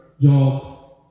job